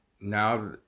now